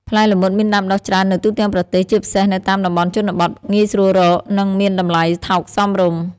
ផ្លែល្មុតមានដាំដុះច្រើននៅទូទាំងប្រទេស ជាពិសេសនៅតាមតំបន់ជនបទ ងាយស្រួលរក និងមានតម្លៃថោកសមរម្យ ។